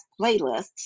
playlists